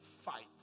fight